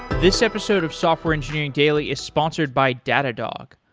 this episode of software engineering daily is sponsored by datadog.